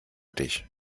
dich